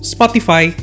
Spotify